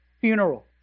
funeral